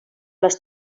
les